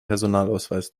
personalausweis